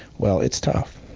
well, it's tough.